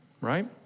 Right